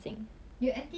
good idea